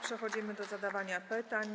Przechodzimy do zadawania pytań.